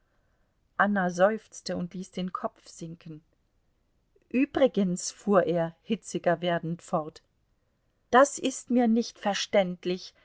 anna seufzte und ließ den kopf sinken übrigens fuhr er hitziger werdend fort das ist mir nicht verständlich